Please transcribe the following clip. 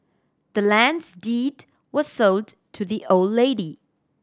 the land's deed was sold to the old lady